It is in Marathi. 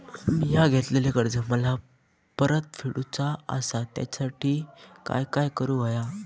मिया घेतलेले कर्ज मला परत फेडूचा असा त्यासाठी काय काय करून होया?